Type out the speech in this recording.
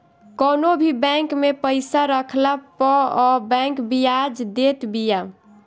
कवनो भी बैंक में पईसा रखला पअ बैंक बियाज देत बिया